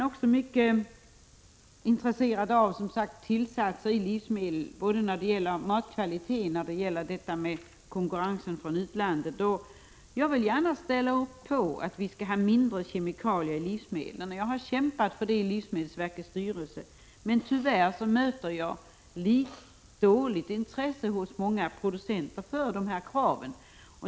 I reservationerna intresserar man sig också för tillsatser i livsmedel, både när det gäller matkvaliteten och konkurrensen från utlandet. Jag ställer gärna upp på kravet om mindre kemikalier i livsmedel. Jag har kämpat för detta i livsmedelsverkets styrelse, men man möter tyvärr dåligt intresse hos våra producenter för dessa krav.